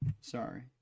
Sorry